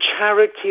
charity